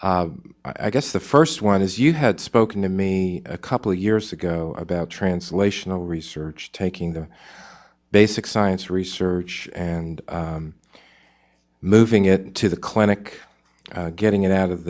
you i guess the first one is you had spoken to me a couple years ago about translation of research taking the basic science research and moving it to the clinic getting it out of